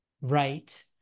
right